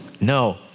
No